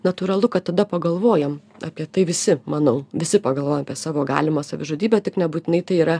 natūralu kad tada pagalvojam apie tai visi manau visi pagalvojam apie savo galimą savižudybę tik nebūtinai tai yra